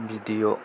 video